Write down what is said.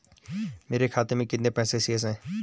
मेरे खाते में कितने पैसे शेष हैं?